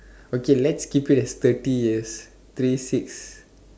okay let's keep it as thirty years three six